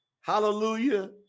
hallelujah